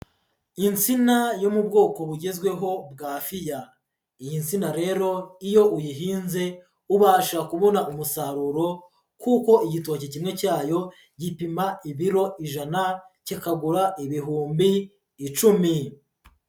Insina yo mu bwoko bugezweho bwa fiya. Iyi nsina rero iyo uyihinze ubasha kubona umusaruro kuko igitoki kimwe cyayo gipima ibiro ijana, kikagura ibihumbi icumi.